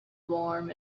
warm